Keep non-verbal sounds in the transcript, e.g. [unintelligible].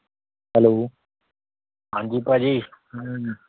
hello ਹਾਂਜੀ ਭਾਅ ਜੀ [unintelligible]